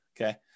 okay